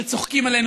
שצוחקים עלינו,